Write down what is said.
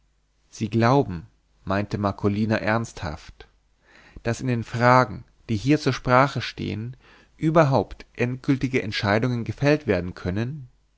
sie glauben meinte marcolina ernsthaft daß in den fragen die hier zur sprache stehen überhaupt endgültige entscheidungen gefällt werden können